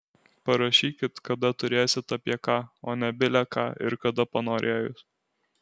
parašykit kada turėsit apie ką o ne bile ką ir kada panorėjus